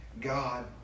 God